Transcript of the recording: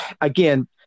again